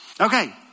Okay